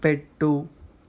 పెట్టు